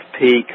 peak